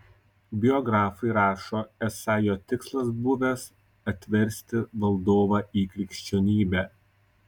biografai rašo esą jo tikslas buvęs atversti valdovą į krikščionybę